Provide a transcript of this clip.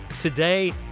Today